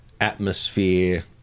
atmosphere